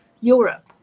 Europe